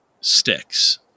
sticks